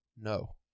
No